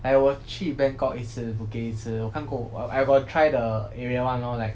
like 我去 bangkok 一次 phuket 一次我看过我 I got try the area one lor like